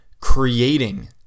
creating